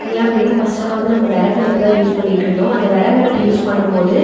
ஏன் அப்படின்னா ஃபர்ஸ்ட்டெல்லாம் வந்து நம்ம விறகு அடுப்பு தான் யூஸ் பண்ணிகிட்ருந்தோம் அந்த விறகு அடுப்பு யூஸ் பண்ணும் போது